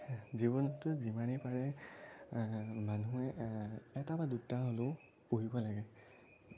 জীৱনটোত যিমানেই পাৰে মানুহে এটা বা দুটা হ'লেও পুহিব লাগে